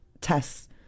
tests